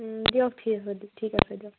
দিয়ক ঠিক আছে দিয়ক ঠিক আছে দিয়ক